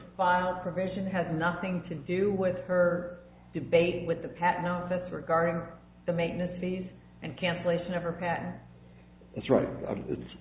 file progressive has nothing to do with her debate with the patent nonsense regarding the maintenance fees and cancellation ever that it's